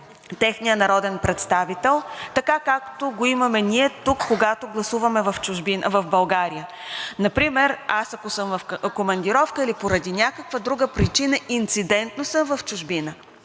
техният народен представител, така, както го имаме ние тук, когато гласуваме в България. Например, ако съм в командировка или поради някаква друга причина, инцидентно съм в чужбина